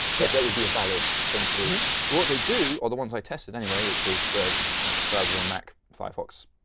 like that would be a valid thing to do. so what they do or the ones i tested anyway, which is browsers on mac, firefox,